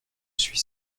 suis